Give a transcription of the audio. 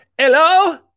hello